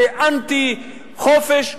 זה אנטי-חופש,